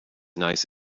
nice